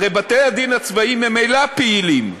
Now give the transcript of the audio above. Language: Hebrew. הרי בתי-הדין הצבאיים ממילא פעילים.